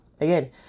again